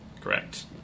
correct